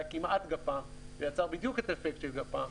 כמעט גפ"מ ויצר בדיוק אפקט של גפ"מ,